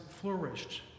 flourished